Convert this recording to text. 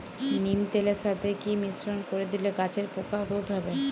নিম তেলের সাথে কি মিশ্রণ করে দিলে গাছের পোকা রোধ হবে?